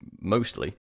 mostly